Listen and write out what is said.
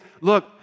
look